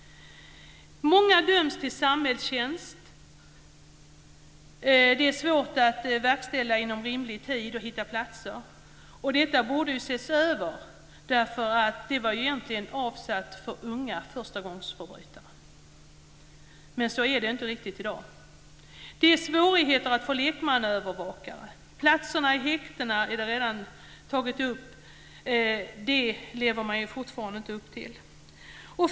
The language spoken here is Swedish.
Många döms till samhällstjänst. Det är svårt att verkställa det inom rimlig tid och att hitta platser. Detta borde ses över. Det var egentligen avsett för unga förstagångsförbrytare. Men så är det inte riktigt i dag. Det är svårigheter att få lekmannaövervakare. Platserna i häktena har redan tagits upp. Det lever man fortfarande inte upp till.